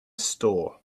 store